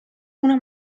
una